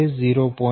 04 j0